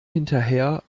hinterher